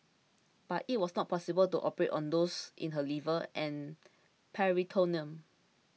but it was not possible to operate on those in her liver and peritoneum